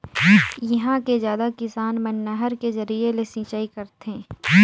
इहां के जादा किसान मन नहर के जरिए ले सिंचई करथे